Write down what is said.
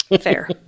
Fair